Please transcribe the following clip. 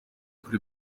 kuri